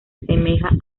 asemeja